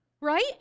Right